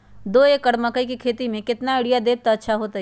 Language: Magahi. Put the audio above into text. दो एकड़ मकई के खेती म केतना यूरिया देब त अच्छा होतई?